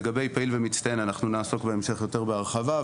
לגבי פעיל ומצטיין אנחנו נעסוק בהמשך בהרחבה.